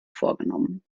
vorgenommen